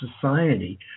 society